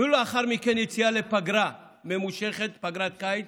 ולאחר מכן יציאה לפגרה ממושכת, פגרת קיץ,